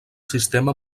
sistema